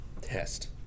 test